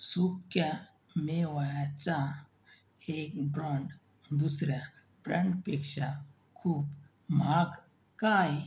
सुक्यामेव्याचा एक ब्रँड दुसऱ्या ब्रँडपेक्षा खूप महाग का आहे